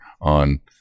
on